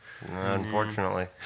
Unfortunately